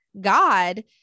God